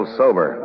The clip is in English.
sober